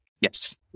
Yes